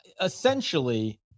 Essentially